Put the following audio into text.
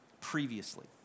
previously